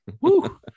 Woo